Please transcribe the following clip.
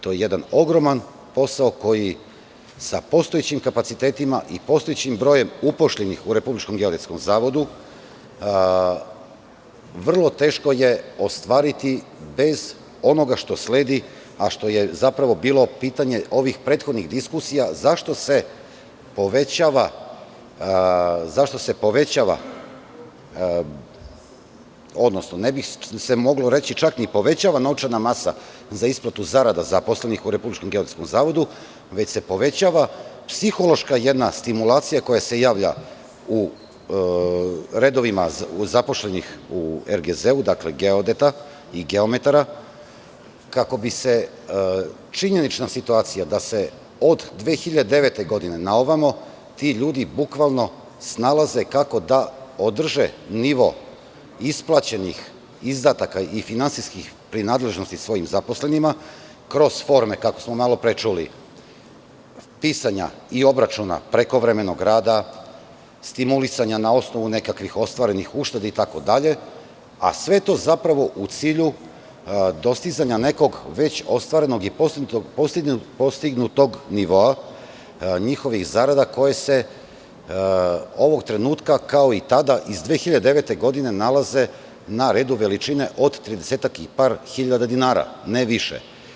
To je jedan ogroman posao koji je, sa postojećim kapacitetima i postojećim brojem uposlenih u Republičkom geodetskom zavodu, vrlo teško ostvariti bez onoga što sledi, a što je zapravo bilo pitanje ovih prethodnih diskusija - zašto se povećava, odnosno ne bi se moglo reći čak ni povećava, novčana masa za isplatu zarada zaposlenih u Republičkom geodetskom zavodu, već se povećava psihološka jedna stimulacija koja se javlja u redovima zaposlenih u Republičkom geodetskom zavodu, dakle, geodetai geometara, kako bi se činjenična situacija da se od 2009. godine na ovamo ti ljudi bukvalno snalaze kako da održe nivo isplaćenih izdataka i finansijskih prinadležnosti svojim zaposlenima kroz forme, kako smo malopre čuli, pisanja i obračuna prekovremenog rada, stimulisanja na osnovu nekakvih ostvarenih ušteda itd, a sve to zapravo u cilju dostizanja nekog već ostvarenog i postignutog nivoa njihovih zarada koje se ovog trenutka, kao i tada iz 2009. godine, nalaze na redu veličine od tridesetak i par hiljada dinara, ne više.